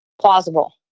plausible